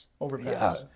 overpass